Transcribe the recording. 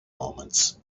moments